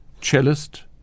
cellist